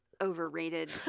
overrated